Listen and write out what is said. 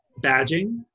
badging